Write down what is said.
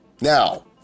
Now